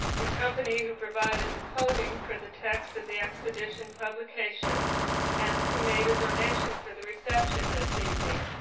the company who provided the coding for the text of the expedition publications and who made a donation for the reception this evening.